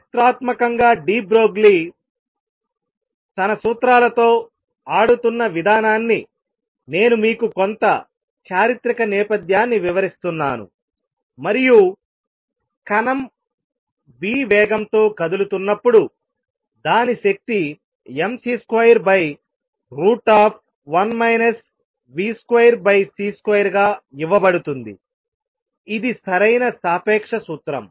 చారిత్రాత్మకంగా de Broglie తన సూత్రాలతో ఆడుతున్న విధానాన్ని నేను మీకు కొంత చారిత్రక నేపథ్యాన్ని వివరిస్తున్నాను మరియు కణం v వేగంతో కదులుతున్నప్పుడు దాని శక్తి mc21 v2c2 గా ఇవ్వబడుతుంది ఇది సరైన సాపేక్ష సూత్రం